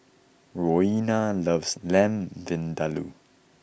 Roena loves Lamb Vindaloo